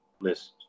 list